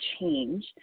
change